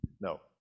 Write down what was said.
no